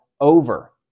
over